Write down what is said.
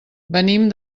venim